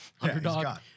underdog